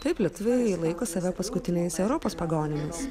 taip lietuviai laiko save paskutiniais europos pagonimis